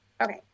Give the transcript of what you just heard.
okay